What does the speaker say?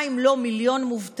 מה אם לא מיליון מובטלים,